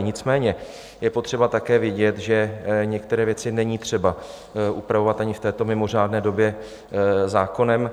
Nicméně je potřeba také vědět, že některé věci není třeba upravovat ani v této mimořádné době zákonem.